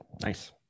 Nice